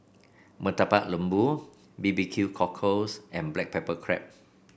Murtabak Lembu B B Q Cockles and Black Pepper Crab